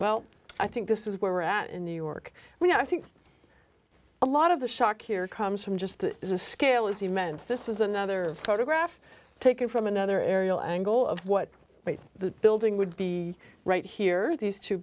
well i think this is where we're at in new york and i think a lot of the shock here comes from just as a scale is immense this is another photograph taken from another aerial angle of what the building would be right here these two